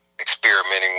experimenting